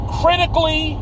critically